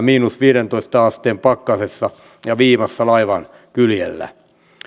miinus viiteentoista asteen pakkasessa ja viimassa laivan kyljellä